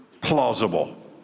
plausible